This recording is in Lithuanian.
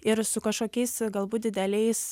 ir su kažkokiais galbūt dideliais